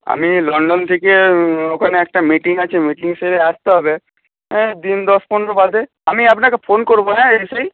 আমি লন্ডন থেকে ওখানে একটা মিটিং আছে মিটিং সেরে আসতে হবে দিন দশ পনেরো বাদে আমি আপনাকে ফোন করবো হ্যাঁ এসেই